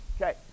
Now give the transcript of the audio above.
Okay